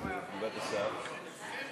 יפה מאוד, רק שהייתם